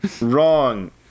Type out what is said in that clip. wrong